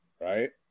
right